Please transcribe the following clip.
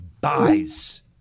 buys